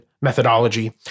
methodology